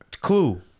Clue